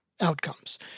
outcomes